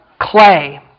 clay